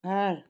घर